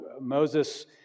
Moses